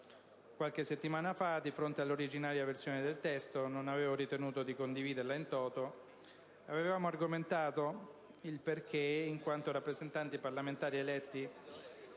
Qualche settimana fa, di fronte all'originaria versione del testo non avevamo ritenuto di condividerla *in toto* e avevamo argomentato il perché, in quanto rappresentanti parlamentari eletti